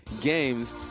games